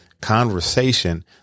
conversation